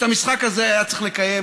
את המשחק הזה היה צריך לקיים,